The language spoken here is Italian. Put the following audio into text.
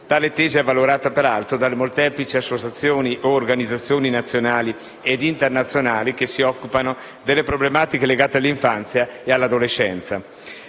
Tale tesi è peraltro avvalorata dalle molteplici associazioni o organizzazioni nazionali ed internazionali che si occupano delle problematiche legate all'infanzia e all'adolescenza.